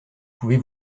pouvez